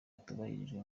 atubahirijwe